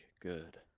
good